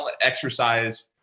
exercise